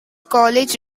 college